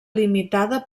limitada